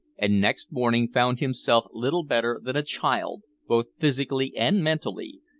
and next morning found himself little better than a child, both physically and mentally,